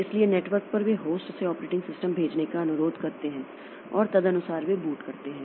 इसलिए नेटवर्क पर वे होस्ट से ऑपरेटिंग सिस्टम भेजने का अनुरोध करते हैं और तदनुसार वे बूट करते हैं